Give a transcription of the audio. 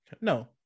No